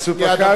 מסופקני,